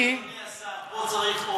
אני, פה צריך אומץ, אדוני השר, פה צריך אומץ.